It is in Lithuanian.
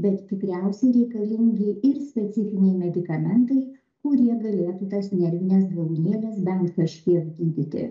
bet tikriausiai reikalingi ir specifiniai medikamentai kurie galėtų tas nervines galūnėles bent kažkiek gydyti